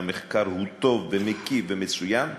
והמחקר הוא טוב ומקיף ומצוין,